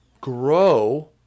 grow